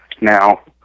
Now